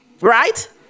Right